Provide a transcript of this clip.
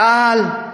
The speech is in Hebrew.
צה"ל,